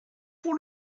pour